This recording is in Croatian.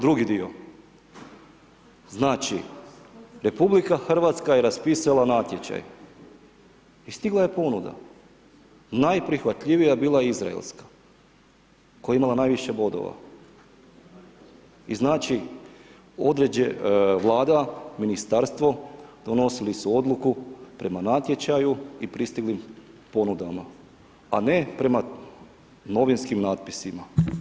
Drugi dio, znači, RH je raspisala natječaj i stigla je ponuda, najprihvatljivija je bila izraelska, koja je imala najviše bodova i znači, Vlada, ministarstvo, donosili su odluku prema natječaju i pristiglim ponudama, a ne prema novinskim natpisima.